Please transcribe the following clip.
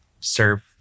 serve